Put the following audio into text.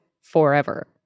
forever